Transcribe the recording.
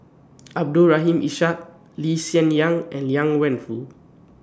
Abdul Rahim Ishak Lee Hsien Yang and Liang Wenfu